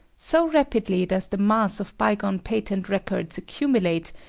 so rapidly does the mass of bygone patent records accumulate,